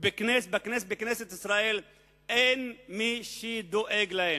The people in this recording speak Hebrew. אין בכנסת ישראל מי שדואג להם.